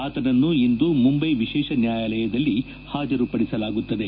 ಆತನನ್ನು ಇಂದು ಮುಂಬೈ ವಿಶೇಷ ನ್ಯಾಯಾಲಯದಲ್ಲಿ ಹಾಜರುಪಡಿಸಲಾಗುತ್ತದೆ